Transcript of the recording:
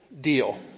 Deal